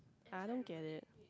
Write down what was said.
I don't get it